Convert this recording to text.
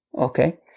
Okay